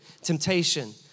temptation